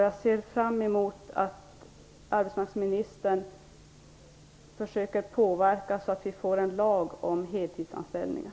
Jag ser fram emot att arbetsmarknadsministern försöker påverka så att vi får en lag om heltidsanställningar.